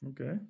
Okay